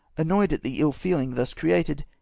annoyed at the ill-feehng thus created,